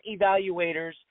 evaluators